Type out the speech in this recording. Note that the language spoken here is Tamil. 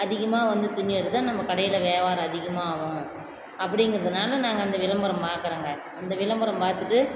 அதிகமாக வந்து துணி எடுத்தால் நம்ம கடையில் வியாபாரம் அதிகமாக ஆகும் அப்பிடிங்கிறதுனால நாங்கள் அந்த விளம்பரம் பாக்கறாங்க அந்த விளம்பரம் பார்த்துட்டு